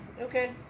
Okay